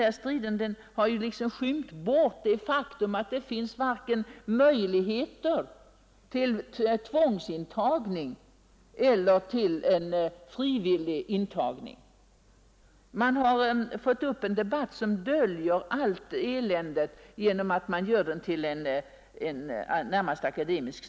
Den striden har liksom skymt bort det faktum att det inte finns möjligheter till vare sig tvångsintagning eller frivillig intagning. Man har fått upp en debatt som döljer allt eländet genom att man gör den till en strid om ideologi.